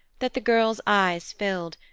that the girl's eyes filled,